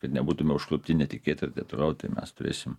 kad nebūtume užklupti netikėtai ir taip toliau tai mes turėsim